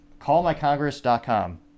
callmycongress.com